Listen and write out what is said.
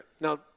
Now